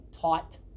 taught